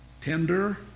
Tender